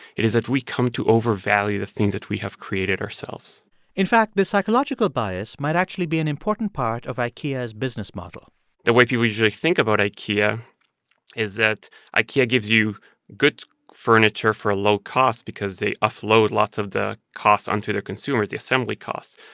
it is that we come to overvalue the things that we have created ourselves in fact, this psychological bias might actually be an important part of ikea's business model the way people usually think about ikea is that ikea gives you good furniture for a low cost because they offload lots of the costs onto their consumers the assembly costs.